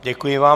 Děkuji vám.